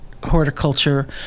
horticulture